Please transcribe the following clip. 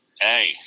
Hey